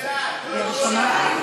רגע, רגע, סליחה.